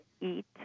eat